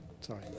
Sorry